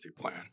Plan